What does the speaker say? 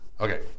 Okay